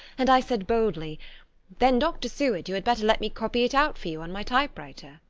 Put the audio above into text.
and i said boldly then, dr. seward, you had better let me copy it out for you on my typewriter.